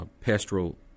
pastoral